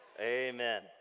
Amen